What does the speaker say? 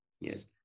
Yes